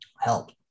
help